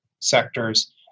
sectors